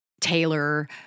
Taylor